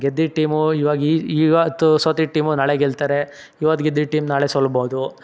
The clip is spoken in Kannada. ಗೆದ್ದಿದ್ದ ಟೀಮು ಇವಾಗ ಇ ಈ ಇವತ್ತು ಸೋತಿದ್ದ ಟೀಮು ನಾಳೆ ಗೆಲ್ತಾರೆ ಇವತ್ತು ಗೆದ್ದಿದ್ದ ಟೀಮ್ ನಾಳೆ ಸೋಲ್ಬೋದು